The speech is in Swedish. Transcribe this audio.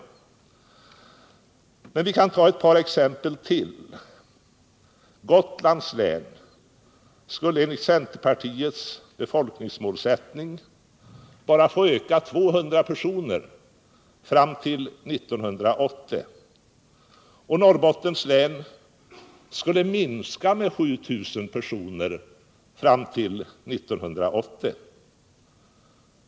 Låt mig ta ett par exempel till. Gotlands län skulle enligt centerpartiets befolkningsmålsättning bara få öka med 200 personer och Norrbottens län skulle minska med 7 000 personer fram till 1980.